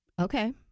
Okay